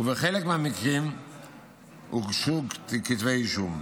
ובחלק מהמקרים הוגשו כתבי אישום.